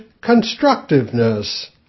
constructiveness